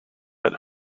that